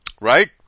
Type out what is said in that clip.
Right